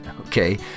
Okay